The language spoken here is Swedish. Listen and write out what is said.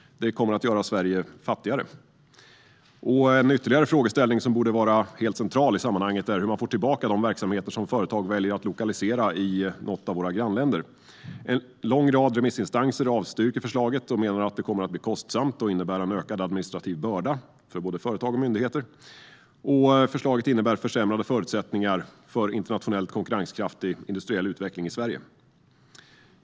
Det kommer att göra Sverige fattigare. En ytterligare frågeställning som borde vara helt central i sammanhanget är hur man får tillbaka de verksamheter som företag väljer att lokalisera i något av våra grannländer. En lång rad remissinstanser avstyrker förslaget och menar att det kommer att bli kostsamt och innebära en ökad administrativ börda för både företag och myndigheter. Förslaget innebär försämrade förutsättningar för en internationellt konkurrenskraftig industriell utveckling i Sverige.